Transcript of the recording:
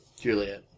Juliet